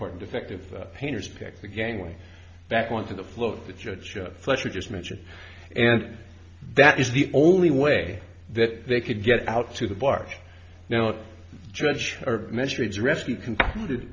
part defective painters pack the gangway back onto the float the judge fletcher just mentioned and that is the only way that they could get out to the bar now a judge or measure its rescue concluded